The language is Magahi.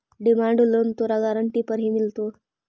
डिमांड लोन तोरा गारंटी पर ही मिलतो